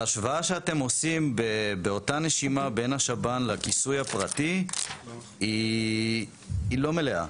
ההשוואה שאתם עושים באותה נשימה בין השב"ן לכיסוי הפרטי היא לא מלאה.